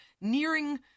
nearing